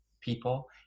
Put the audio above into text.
people